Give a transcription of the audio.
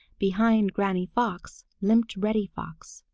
behind granny fox limped reddy fox,